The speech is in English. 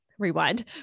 Rewind